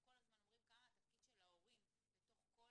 כל הזמן אומרים כמה התפקיד של ההורים בתוך כל